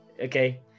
Okay